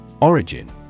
Origin